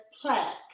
plaque